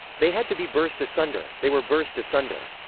they had to be burst asunder they were burst asunder.